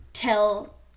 tell